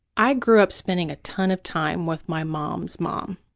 i grew up spending a ton of time with my mom's mom,